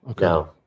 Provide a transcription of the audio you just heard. No